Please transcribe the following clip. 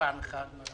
מפעם אחת את